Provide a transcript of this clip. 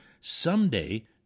someday